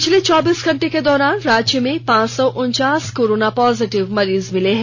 पिछले चौबीस घंटे के दौरान राज्य में पांच सौ उनचास कोरोना पॉजिटिव मरीज मिले हैं